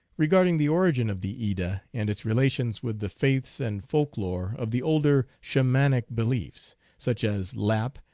regard ing the origin of the edda and its relations with the faiths and folk-lore of the older shamanic beliefs, such as lapp,